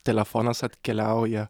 telefonas atkeliauja